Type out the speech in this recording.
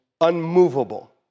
unmovable